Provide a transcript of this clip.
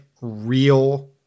real